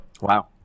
wow